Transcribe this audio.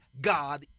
God